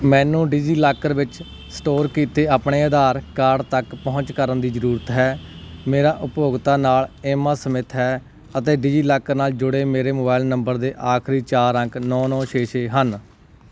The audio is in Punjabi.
ਮੈਨੂੰ ਡਿਜੀਲਾਕਰ ਵਿੱਚ ਸਟੋਰ ਕੀਤੇ ਆਪਣੇ ਆਧਾਰ ਕਾਰਡ ਤੱਕ ਪਹੁੰਚ ਕਰਨ ਦੀ ਜ਼ਰੂਰਤ ਹੈ ਮੇਰਾ ਉਪਭੋਗਤਾ ਨਾਮ ਏਮਾ ਸਮਿੱਥ ਹੈ ਅਤੇ ਡਿਜੀਲਾਕਰ ਨਾਲ ਜੁੜੇ ਮੇਰੇ ਮੋਬਾਈਲ ਨੰਬਰ ਦੇ ਆਖਰੀ ਚਾਰ ਅੰਕ ਨੌਂ ਨੌਂ ਛੇ ਛੇ ਹਨ